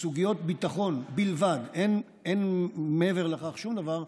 סוגיות ביטחון בלבד, אין מעבר לכך שום דבר,